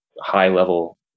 high-level